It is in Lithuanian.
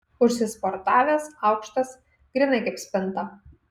užsisportavęs aukštas grynai kaip spinta